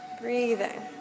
Breathing